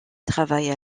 travaille